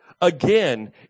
Again